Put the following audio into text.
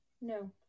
No